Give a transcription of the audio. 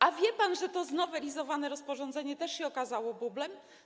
A wie pan, że to znowelizowane rozporządzenie też okazało się bublem?